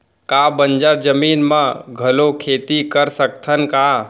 का बंजर जमीन म घलो खेती कर सकथन का?